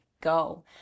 go